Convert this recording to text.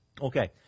Okay